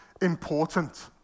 important